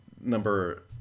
number